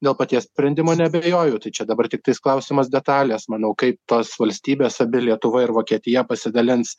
dėl paties sprendimo neabejoju tai čia dabar tiktais klausimas detalės manau kaip tos valstybės abi lietuva ir vokietija pasidalins